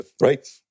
right